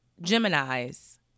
Gemini's